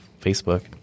Facebook